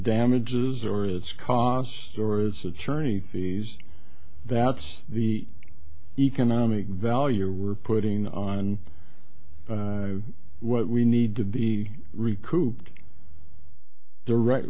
damages or its costs or it's a czerny fees that's the economic value we're putting on what we need to be recouped direct